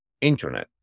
internet